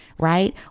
Right